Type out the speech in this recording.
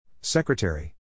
Secretary